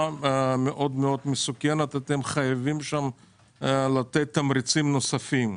מאוד מאוד מסוכנת - אתם חייבים לתת שם תמריצים נוספים.